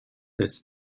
has